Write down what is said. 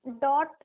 Dot